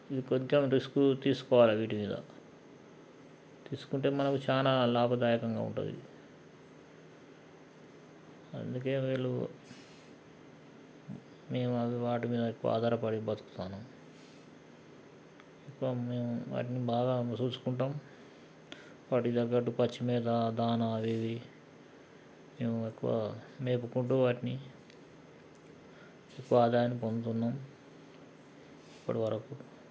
ఇంకా కొద్దిగా రిస్క్ తీసుకోవాలి వీటి మీద తీసుకుంటే మనకి చాలా లాభదాయకంగా ఉంటుంది అందుకే వీళ్ళు మేము వాటి మీద ఎక్కువ ఆధారపడి బ్రతుకుతున్నాము ఎక్కువ మేము వాటిని బాగా చూసుకుంటాము వాటికి తగ్గట్టు పచ్చి మేత దాన అవి ఇవి మేము ఎక్కువ మేపుకుంటూ వాటిని ఎక్కువ ఆదాయాన్ని పొందుతున్నాము ఇప్పటి వరకు